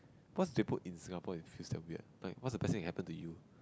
cause they put in Singapore it feels damn weird like what is the best thing that happened to you